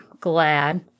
glad